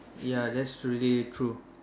ya that's really true